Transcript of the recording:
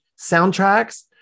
soundtracks